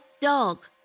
dog